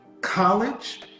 college